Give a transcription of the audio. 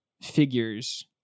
figures